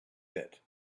bit